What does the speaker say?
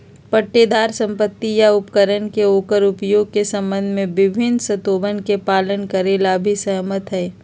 पट्टेदार संपत्ति या उपकरण के ओकर उपयोग के संबंध में विभिन्न शर्तोवन के पालन करे ला भी सहमत हई